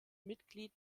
mitglied